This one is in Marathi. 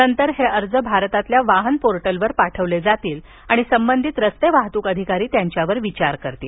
नंतर हे अर्ज भारतातील वाहन पोर्टलवर पाठवले जातील आणि संबंधित रस्ते वाहतुक अधिकारी त्यांच्यावर विचार करतील